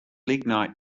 lignite